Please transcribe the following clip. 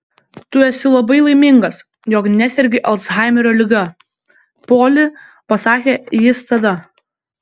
tu esi labai laimingas jog nesergi alzhaimerio liga poli pasakė jis tada